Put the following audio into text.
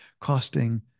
Costing